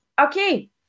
Okay